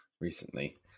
recently